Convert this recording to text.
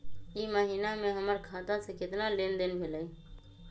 ई महीना में हमर खाता से केतना लेनदेन भेलइ?